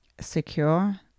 secure